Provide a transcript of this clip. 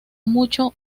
mucho